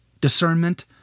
discernment